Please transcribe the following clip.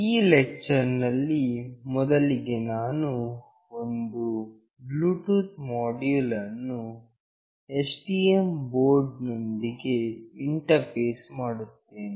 ಈ ಲೆಕ್ಚರ್ ನಲ್ಲಿ ಮೊದಲಿಗೆ ನಾನು ಒಂದು ಬ್ಲೂಟೂತ್ ಮೋಡ್ಯುಲ್ ಅನ್ನು STM ಬೋರ್ಡ್ ನೊಂದಿಗೆ ಇಂಟರ್ಫೇಸ್ ಮಾಡುತ್ತೇನೆ